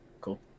Cool